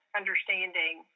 understanding